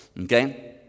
okay